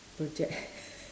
project